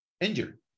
Injured